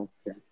Okay